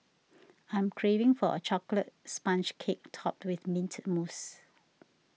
I am craving for a Chocolate Sponge Cake Topped with Mint Mousse